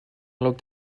looked